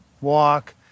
walk